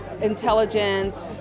intelligent